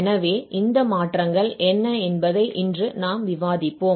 எனவே இந்த மாற்றங்கள் என்ன என்பதை இன்று நாம் விவாதிப்போம்